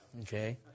Okay